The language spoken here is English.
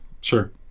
Sure